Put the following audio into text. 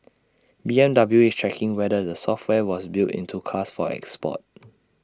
B M W is checking whether the software was built into cars for export